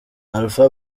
alpha